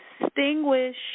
distinguish